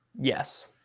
Yes